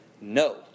No